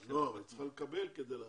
לא, אבל היא צריכה לקבל כדי להעביר.